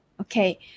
Okay